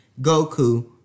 Goku